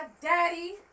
Daddy